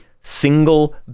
single